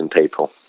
people